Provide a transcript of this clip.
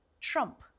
Trump